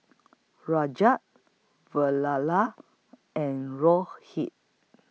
Rajat and Rohit